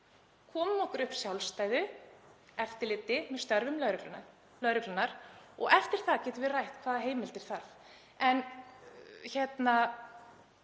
komum okkur upp sjálfstæðu eftirliti með störfum lögreglunnar. Eftir það getum við rætt hvaða heimildir þarf. Öryggi